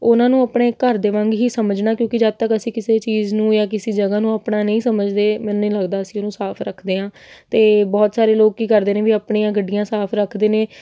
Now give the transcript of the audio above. ਉਹਨਾਂ ਨੂੰ ਆਪਣੇ ਘਰ ਦੇ ਵਾਂਗ ਹੀ ਸਮਝਣਾ ਕਿਉਂਕਿ ਜਦ ਤੱਕ ਅਸੀਂ ਕਿਸੇ ਚੀਜ਼ ਨੂੰ ਜਾਂ ਕਿਸੇ ਜਗ੍ਹਾ ਨੂੰ ਆਪਣਾ ਨਹੀਂ ਸਮਝਦੇ ਮੈਨੂੰ ਨਹੀਂ ਲੱਗਦਾ ਅਸੀਂ ਉਹਨੂੰ ਸਾਫ ਰੱਖਦੇ ਹਾਂ ਅਤੇ ਬਹੁਤ ਸਾਰੇ ਲੋਕ ਕੀ ਕਰਦੇ ਨੇ ਵੀ ਆਪਣੀਆਂ ਗੱਡੀਆਂ ਸਾਫ ਰੱਖਦੇ ਨੇ